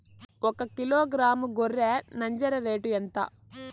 ఒకకిలో గ్రాము గొర్రె నంజర రేటు ఎంత?